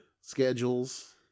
schedules